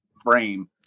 frame